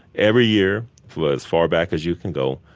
every year for as far back as you can go,